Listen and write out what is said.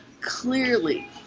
clearly